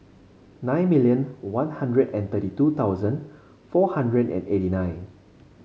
nine million One Hundred and thirty two thousand four hundred and eighty nine